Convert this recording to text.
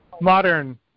modern